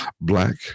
black